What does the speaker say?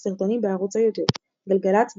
סרטונים בערוץ היוטיוב גלגלצ,